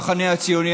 המחנה הציוני,